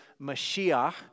Mashiach